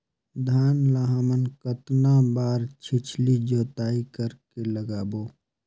धान ला हमन कतना बार छिछली जोताई कर के लगाबो?